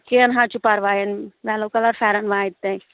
کیٚنٛہہ نہَ حظ چھُ پرواے یلوٗ کلر فٮ۪رن واتہِ تۄہہِ